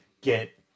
get